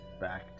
Back